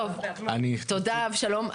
תודה, אבשלום.